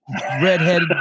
redhead